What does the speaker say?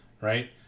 right